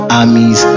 armies